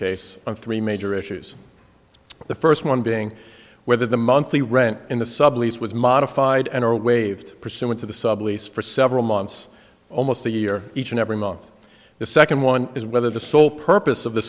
case on three major issues the first one being whether the monthly rent in the sublease was modified and or waived pursuant to the sublease for several months almost a year each and every month the second one is whether the sole purpose of the